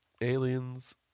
Aliens